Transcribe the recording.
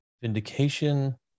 vindication